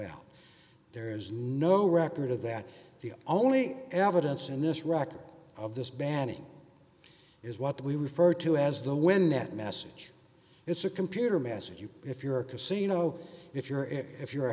out there is no record of that the only evidence in this record of this banning is what we refer to as the wind net message it's a computer message you if you're a casino if you're if you're